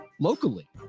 locally